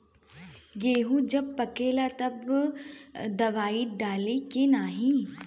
गेहूँ जब पकेला तब दवाई डाली की नाही?